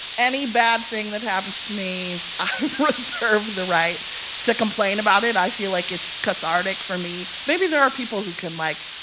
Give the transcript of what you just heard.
any bad thing that happens to me, i reserve the right to complain about it. i feel like it's cathartic for me. maybe there are people who can, like,